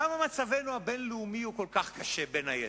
למה מצבנו הבין-לאומי הוא כל כך קשה, בין היתר?